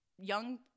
young